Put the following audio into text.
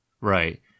Right